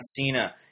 Cena